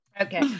Okay